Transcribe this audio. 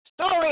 story